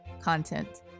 content